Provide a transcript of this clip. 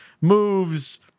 moves